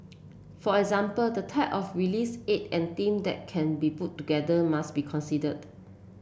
for example the type of reliefs aid and team that can be put together must be considered